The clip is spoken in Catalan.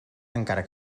encara